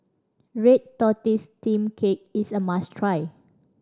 red tortoise steamed cake is a must try